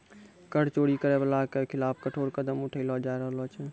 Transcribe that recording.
कर चोरी करै बाला के खिलाफ कठोर कदम उठैलो जाय रहलो छै